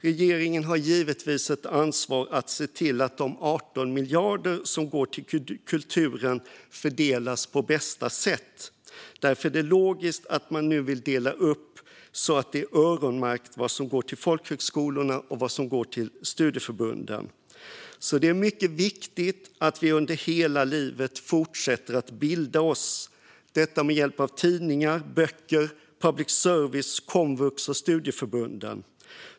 Regeringen har givetvis ett ansvar för att se till att de 18 miljarder som går till kulturen fördelas på bästa sätt. Därför är det logiskt att man nu vill dela upp det så att det öronmärks vad som går till folkhögskolorna och vad som går till studieförbunden. Det är mycket viktigt att vi under hela livet fortsätter att bilda oss, detta med hjälp av tidningar, böcker, public service, komvux och studieförbunden.